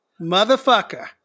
Motherfucker